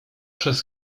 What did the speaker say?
przez